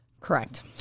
Correct